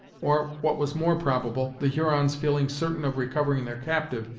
or what was more probable, the hurons feeling certain of recovering their captive,